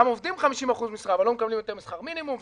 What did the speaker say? גם עובדים ב-50% משרה ולא מקבלים יותר משכר מינימום.